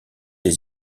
des